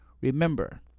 Remember